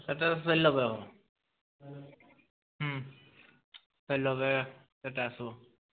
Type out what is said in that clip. ସେଟା ଶହେ ନବେ ହେବ ହୁଁ ଶହେ ନବେ ସେଇଟା ଆସିବ